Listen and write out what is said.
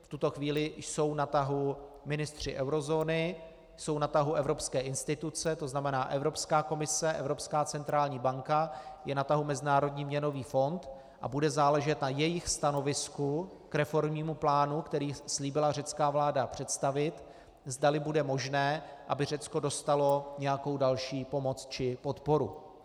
V tuto chvíli jsou na tahu ministři eurozóny, jsou na tahu evropské instituce, to znamená Evropská komise, Evropská centrální banka, je na tahu Mezinárodní měnový fond a bude záležet na jejich stanovisku k reformnímu plánu, který slíbila řecká vláda představit, zdali bude možné, aby Řecko dostalo nějakou další pomoc či podporu.